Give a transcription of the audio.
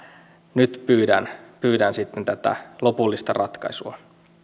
nyt pyydän pyydän tätä lopullista ratkaisua